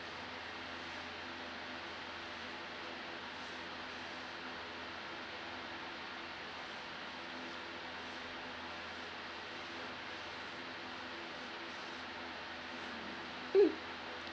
mm